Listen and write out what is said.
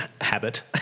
habit